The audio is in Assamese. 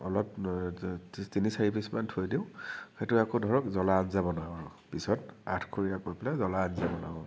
অলপ তিনি চাৰি পিছমান থৈ দিওঁ সেইটো আকৌ ধৰক জলা আঞ্জা বনাওঁ পিছত জলা আঞ্জা বনাওঁ